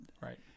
Right